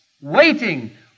Waiting